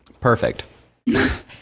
Perfect